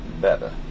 better